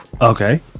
okay